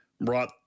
brought